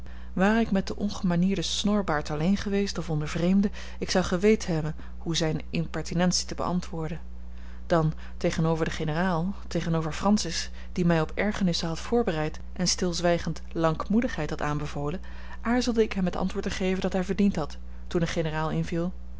ware ik met den ongemanierden snorbaard alleen geweest of onder vreemden ik zou geweten hebben hoe zijne impertinentie te beantwoorden dan tegenover den generaal tegenover francis die mij op ergernissen had voorbereid en stilzwijgend lankmoedigheid had aanbevolen aarzelde ik hem het antwoord te geven dat hij verdiend had toen de generaal inviel